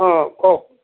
অঁ কওক